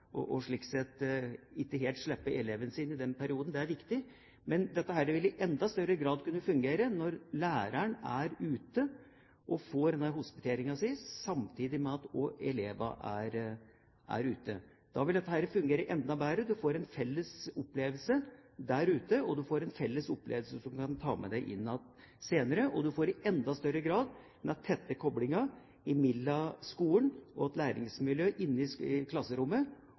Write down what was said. slik sett ikke helt slippe eleven sin i den perioden. Dette er viktig, men det vil i enda større grad kunne fungere når læreren er ute og får denne hospiteringen samtidig med at eleven er ute. Da vil dette fungere enda bedre. De får en felles opplevelse der ute, de får en felles opplevelse som de kan ta med seg inn igjen senere. En får i enda større grad en tett kobling mellom skolen og læringsmiljøet inne i klasserommet og den bedriften eller de bedriftene som får gleden av å få læreren og eleven på besøk, og som i